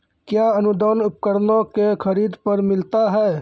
कया अनुदान उपकरणों के खरीद पर मिलता है?